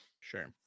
sure